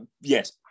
Yes